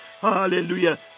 hallelujah